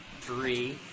three